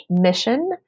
mission